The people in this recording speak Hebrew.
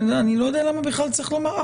אני לא יודע למה בכלל צריך לומר.